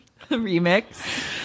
Remix